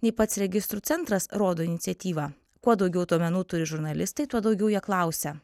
nei pats registrų centras rodo iniciatyvą kuo daugiau duomenų turi žurnalistai tuo daugiau jie klausia